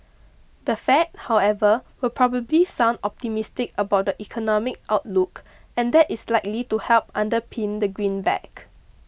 the Fed however will probably sound optimistic about the economic outlook and that is likely to help underpin the greenback